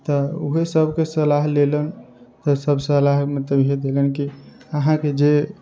तऽ ओहे सभके सलाह लेलनि तऽ सभ सलाह मतलब इएह देलनि कि अहाँकेँ जे